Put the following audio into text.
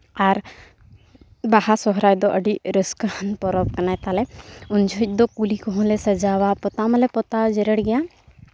ᱟᱨ ᱵᱟᱦᱟ ᱥᱚᱦᱨᱟᱭ ᱫᱚ ᱟᱹᱰᱤ ᱨᱟᱹᱥᱠᱟᱹ ᱦᱟᱱ ᱯᱚᱨᱚᱵᱽ ᱠᱟᱱᱟ ᱛᱟᱞᱮ ᱩᱱ ᱡᱚᱦᱚᱡᱽ ᱫᱚ ᱠᱩᱞᱦᱤ ᱠᱚᱦᱚᱸᱞᱮ ᱥᱟᱡᱟᱣᱟ ᱯᱟᱛᱟᱣ ᱢᱟᱞᱮ ᱯᱚᱛᱟᱣ ᱡᱮᱨᱮᱲ ᱜᱮᱭᱟ